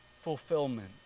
fulfillment